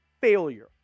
failure